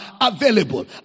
available